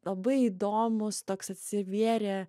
labai įdomus toks atsivėrė